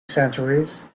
centuries